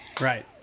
right